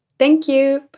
thank you.